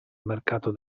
mercato